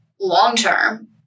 long-term